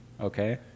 Okay